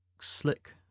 slick